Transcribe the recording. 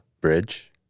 bridge